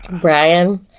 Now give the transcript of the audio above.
Brian